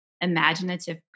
imaginative